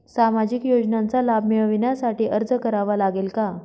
सामाजिक योजनांचा लाभ मिळविण्यासाठी अर्ज करावा लागेल का?